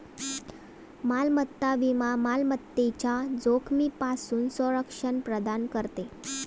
मालमत्ता विमा मालमत्तेच्या जोखमीपासून संरक्षण प्रदान करते